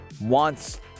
wants